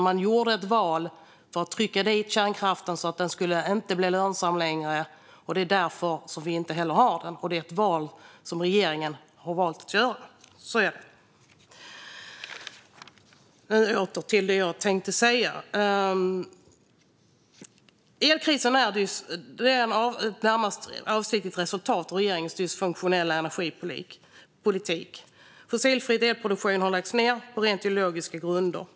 Man gjorde ett val för att trycka dit kärnkraften så att den inte längre skulle vara lönsam, och det är därför som vi inte heller har den. Detta är ett val som regeringen har gjort. Så ligger det till. Elkrisen är ett närmast avsiktligt resultat av regeringens dysfunktionella energipolitik. Fossilfri elproduktion har lagts ned på rent ideologiska grunder.